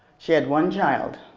she had one child.